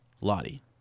Lottie